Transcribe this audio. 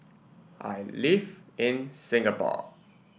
I live in Singapore